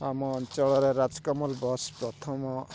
ଆମ ଅଞ୍ଚଳରେ ରାଜକମଲ୍ ବସ୍ ପ୍ରଥମ